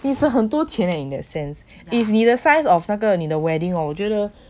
第一次很多钱 in that sense if 你的 size of 那个你的 wedding 我觉得